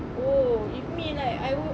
oh you mean like